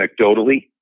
anecdotally